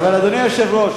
אדוני היושב-ראש,